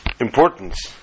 importance